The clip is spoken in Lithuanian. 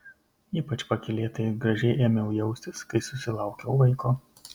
ypač pakylėtai ir gražiai ėmiau jaustis kai susilaukiau vaiko